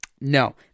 No